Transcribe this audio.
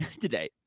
today